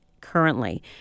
currently